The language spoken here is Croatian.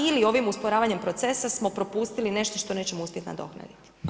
Ili ovim usporavanjem procesa smo propustili nešto što nećemo uspjeti nadoknaditi.